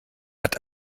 hat